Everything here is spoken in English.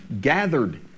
gathered